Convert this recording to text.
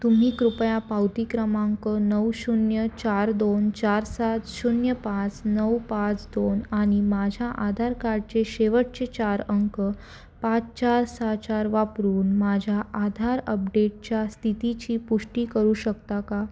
तुम्ही कृपया पावती क्रमांक नऊ शून्य चार दोन चार सात शून्य पाच नऊ पाच दोन आणि माझ्या आधार कार्डचे शेवटचे चार अंक पाच चार सहा चार वापरून माझ्या आधार अपडेटच्या स्थितीची पुष्टी करू शकता का